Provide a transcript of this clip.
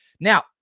Now